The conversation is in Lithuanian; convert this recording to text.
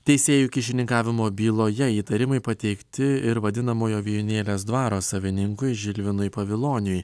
teisėjų kyšininkavimo byloje įtarimai pateikti ir vadinamojo vijūnėlės dvaro savininkui žilvinui paviloniui